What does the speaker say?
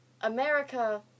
America